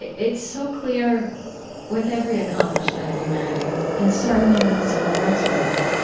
it's so clear with every accomplishment of humanity, and certainly with the civil rights movement,